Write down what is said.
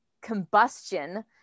combustion